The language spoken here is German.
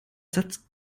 satz